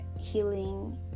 healing